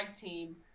team